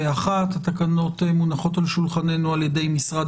התקנות מונחות על שולחננו על ידי משרד